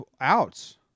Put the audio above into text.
outs